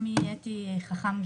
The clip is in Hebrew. שמי אתי חכם גיאת,